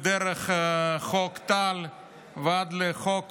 דרך חוק טל ועד לחוק